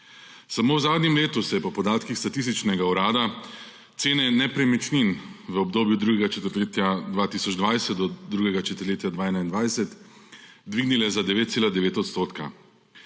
Samo v zadnjem letu so se po podatkih Statističnega urada cene nepremičnin v obdobju od drugega četrtletja 2020 do drugega četrtletja 2021 dvignile za 9,9 %.